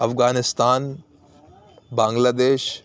افغانستان بنگلہ دیش